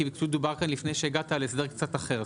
כי פשוט דובר כאן לפני שהגעת על הסדר קצת אחר.